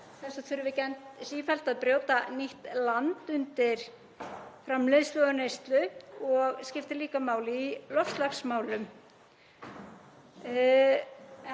það þurfi ekki sífellt að brjóta nýtt land undir framleiðslu og neyslu, og skiptir líka máli í loftslagsmálum.